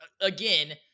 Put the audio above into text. again